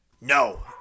No